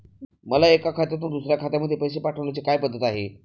माझ्या एका खात्यातून दुसऱ्या खात्यामध्ये पैसे पाठवण्याची काय पद्धत आहे?